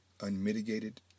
unmitigated